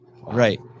Right